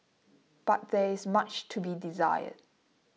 but there is much to be desired